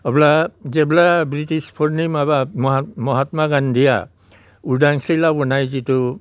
अब्ला जेब्ला ब्रिटिसफोरनि माबा महात्मा गान्धीआ उदांस्रि लाबोनाय जितु